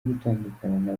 gutandukana